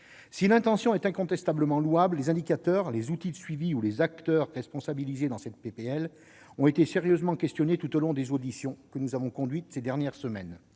Si l'intention est incontestablement louable, les indicateurs, les outils de suivi et les acteurs responsabilisés dans cette proposition de loi ont été sérieusement mis en question tout au long des auditions que nous avons conduites ces dernières semaines.